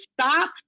stop